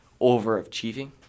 overachieving